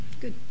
Good